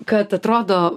kad atrodo